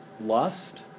lust